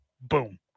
boom